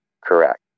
correct